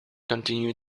continue